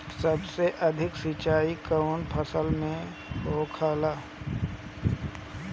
सबसे अधिक सिंचाई कवन फसल में होला?